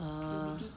eh